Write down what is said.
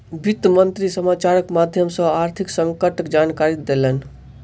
वित्त मंत्री समाचारक माध्यम सॅ आर्थिक संकटक जानकारी देलैन